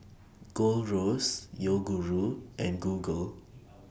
Gold Roast Yoguru and Google